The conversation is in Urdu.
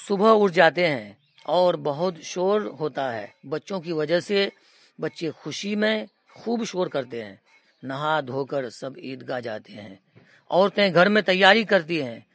صبح اٹھ جاتے ہیں اور بہت شور ہوتا ہے بچوں کی وجہ سے بچے خوشی میں خوب شور کرتے ہیں نہا دھو کر سب عید گاہ جاتے ہیں عورتیں گھر میں تیاری کرتی ہیں